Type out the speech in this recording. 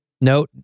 no